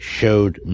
showed